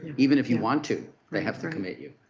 even if you want to, they have to commit you.